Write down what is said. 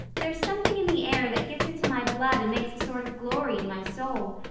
there's something in the air that gets into my blood and makes a sort of glory in my soul.